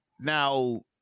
Now